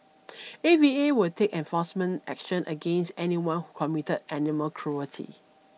A V A will take enforcement action against anyone who committed animal cruelty